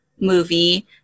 movie